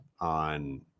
on